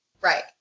Right